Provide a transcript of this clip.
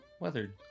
weathered